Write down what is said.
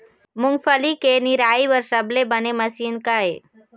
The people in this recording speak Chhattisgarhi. मूंगफली के निराई बर सबले बने मशीन का ये?